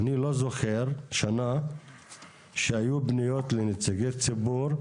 אני לא זוכר שנה שהיו פניות לנציגי ציבור,